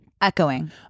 Echoing